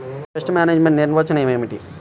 Pest management నిర్వచనం ఏమిటి?